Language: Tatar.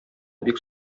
бик